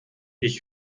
ich